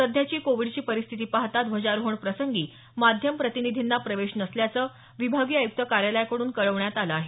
सध्याची कोविडची परिस्थिती पाहता ध्वजारोहण प्रसंगी माध्यम प्रतिनिधींना प्रवेश नसल्याचं विभागीय आय्क्त कार्यालयाकड्रन कळवण्यात आलं आहे